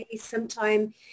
sometime